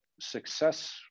success